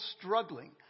struggling